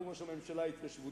הוא ראש הממשלה ההתיישבותי,